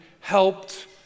helped